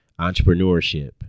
entrepreneurship